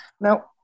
Now